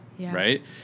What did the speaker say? Right